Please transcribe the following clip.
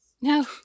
No